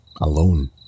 alone